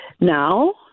now